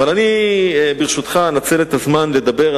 אבל, ברשותך, אנצל את הזמן לדבר.